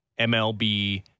mlb